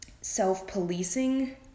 self-policing